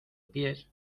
pies